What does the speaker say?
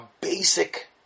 basic